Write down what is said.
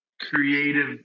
creative